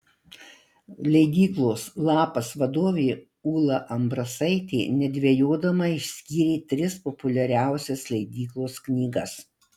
leidyklos lapas vadovė ūla ambrasaitė nedvejodama išskyrė tris populiariausias leidyklos knygas